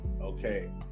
Okay